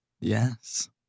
Yes